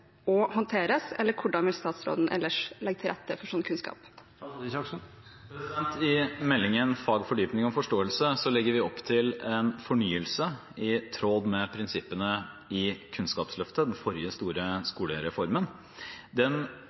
vil statsråden legge til rette for slik kunnskap?» I stortingsmeldingen Fag – Fordypning – Forståelse legger vi opp til en fornyelse i tråd med prinsippene i Kunnskapsløftet, den forrige store skolereformen. Den